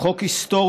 הוא חוק היסטורי,